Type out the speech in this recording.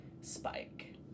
Spike